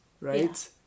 right